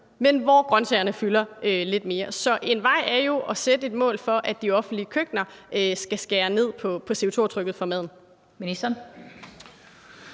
men hvor grøntsagerne fylder lidt mere. Så en vej er jo at sætte et mål for, at de offentlige køkkener skal skære ned på CO2-aftrykket for maden.